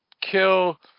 kill